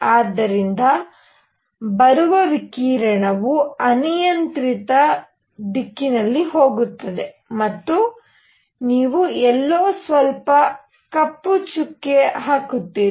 ಆದ್ದರಿಂದ ಬರುವ ವಿಕಿರಣವು ಅನಿಯಂತ್ರಿತ ದಿಕ್ಕಿನಲ್ಲಿ ಹೋಗುತ್ತದೆ ಮತ್ತು ನೀವು ಎಲ್ಲೋ ಸ್ವಲ್ಪ ಕಪ್ಪು ಚುಕ್ಕೆ ಹಾಕುತ್ತೀರಿ